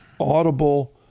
audible